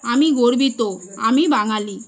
আমি গর্বিত আমি বাঙালি